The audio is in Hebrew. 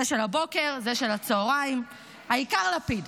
זה של הבוקר, זה של הצוהריים, העיקר לפיד.